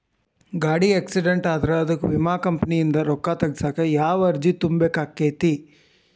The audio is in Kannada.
ಗಾಡಿ ಆಕ್ಸಿಡೆಂಟ್ ಆದ್ರ ಅದಕ ವಿಮಾ ಕಂಪನಿಯಿಂದ್ ರೊಕ್ಕಾ ತಗಸಾಕ್ ಯಾವ ಅರ್ಜಿ ತುಂಬೇಕ ಆಗತೈತಿ?